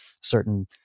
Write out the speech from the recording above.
certain